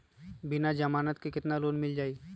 बिना जमानत के केतना लोन मिल जाइ?